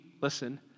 listen